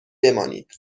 بمانید